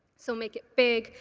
so make it big,